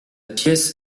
pièce